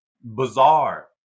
bizarre